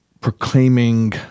proclaiming